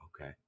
okay